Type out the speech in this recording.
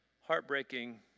heartbreaking